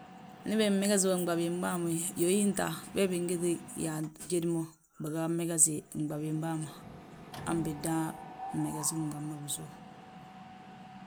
Ndi bimmegesi mo nɓabim bàa ma yóyin ta, we bingiti yaant, jédi mo, biga megesi nɓabin bàa ma; Han bidan megesi nɓabin bàa ma bisów.